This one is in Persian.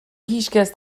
هیچکس